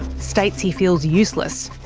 states he feels useless.